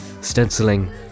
stenciling